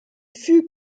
fut